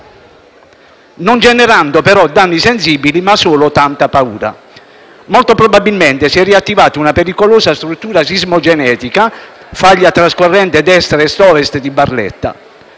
non generando però danni sensibili, ma solo tanta paura. Molto probabilmente si è riattivata una pericolosa struttura sismogenetica (faglia trascorrente destra est-ovest di Barletta).